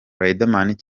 riderman